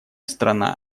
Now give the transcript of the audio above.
страна